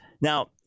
Now